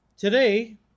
Today